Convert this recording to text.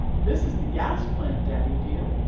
this is the gas plant, daddy dear.